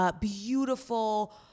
Beautiful